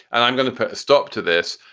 and i'm going to put a stop to this.